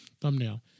thumbnail